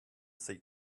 seat